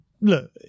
Look